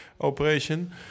operation